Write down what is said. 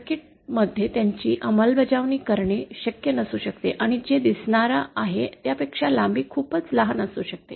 circuit मध्ये त्यांची अंमलबजावणी करणे शक्य नसू शकते आणि जे दिसणारा आहे त्यापेक्षा लांबी खूपच लहान असू शकते